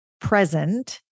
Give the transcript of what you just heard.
present